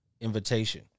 invitation